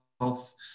health